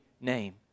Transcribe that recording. name